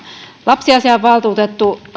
lapsiasiainvaltuutettu